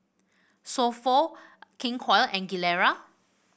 So Pho King Koil and Gilera